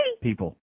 people